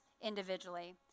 individually